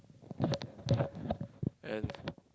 and